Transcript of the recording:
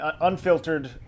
unfiltered